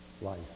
life